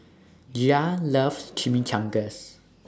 Gia loves Chimichangas